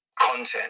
content